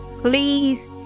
Please